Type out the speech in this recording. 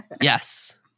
Yes